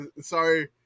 sorry